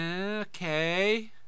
Okay